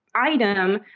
Item